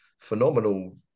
Phenomenal